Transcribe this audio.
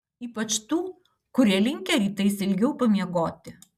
ypač tų kurie linkę rytais ilgiau pamiegoti